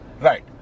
Right